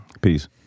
Peace